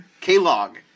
K-Log